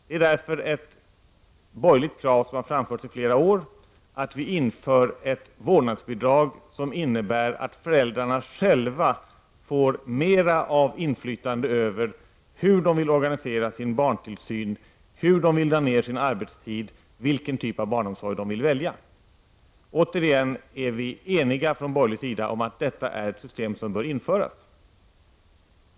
Det är därför ett borgerligt krav som har framförts i flera år att man skall införa ett vårdnadsbidrag som innebär att föräldrarna själva får mera inflytande över hur de vill organisera sin barntillsyn, hur mycket de vill dra ner på sin arbetstid och vilken typ av barnomsorg de vill välja. Återigen är vi eniga från borgerlig sida om att detta är ett system som bör införas.